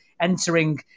entering